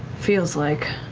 feels like.